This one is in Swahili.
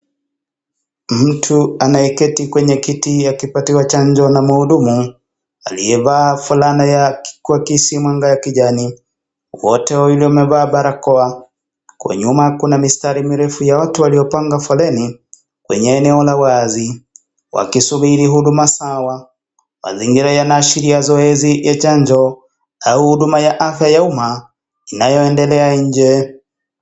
Mtu anayeketi kwenye kiti akipatiwa chanjo na muhudumu aliyevaa fulana ya kwa kisimanga ya kijani. Wote wawili wamevaa barakoa. Kwa nyuma kuna mistari mirefu ya watu waliopanga foleni kwenye eneo la wazi wakisubiri huduma sawa. Mazingira yanaashiria zoezi ya chanjo au huduma ya afya ya umma inayoendelea nje.